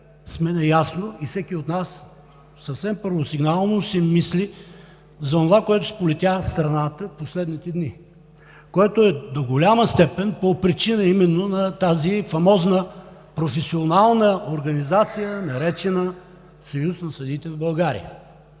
сме наясно и всеки от нас съвсем първосигнално си мисли за онова, което сполетя страната последните дни, което до голяма степен е по причина именно на тази фамозна професионална организация, наречена Съюз на съдиите в България.